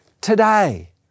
Today